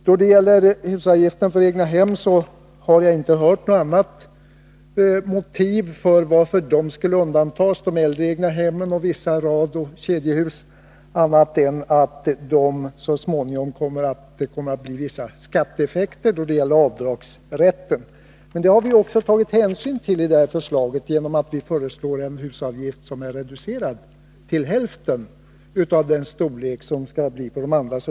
Då det gäller husavgiften för egnahem har jag inte hört något annat motiv för att de äldre egnahemmen och vissa radoch kedjehus skulle undantas än att det så småningom kommer att bli vissa skatteeffekter i samband med avdragsrätten och vissa administrativa problem. De förstnämnda har vi tagit hänsyn till i vårt förslag genom att vi föreslår en husavgift som är reducerad till hälften av den storlek som skall gälla för övriga hus.